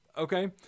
Okay